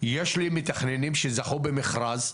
יש לי מתכננים שזכו במכרז,